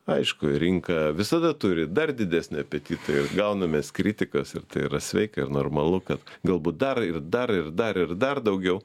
aišku rinka visada turi dar didesnį apetitą ir gaunam mes kritikos ir tai yra sveika ir normalu kad galbūt dar ir dar ir dar ir dar daugiau